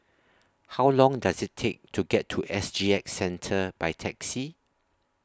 How Long Does IT Take to get to S G X Centre By Taxi